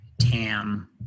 tam